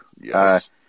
Yes